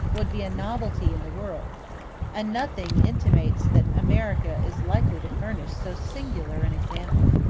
would be a novelty in the world and nothing intimates that america is likely to furnish so singular an example.